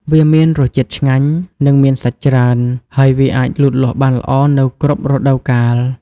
វាមានរសជាតិឆ្ងាញ់ និងមានសាច់ច្រើន ហើយវាអាចលូតលាស់បានល្អនៅគ្រប់រដូវកាល។